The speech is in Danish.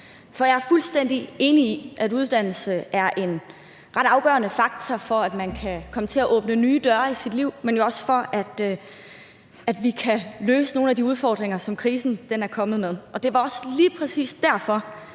for jeg er fuldstændig enig i, at uddannelse er en ret afgørende faktor for, at man kan komme til at åbne nye døre i sit liv, men jo også for at vi kan løse nogle af de udfordringer, som krisen er kommet med. Det var også lige præcis derfor,